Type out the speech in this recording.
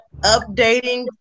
updating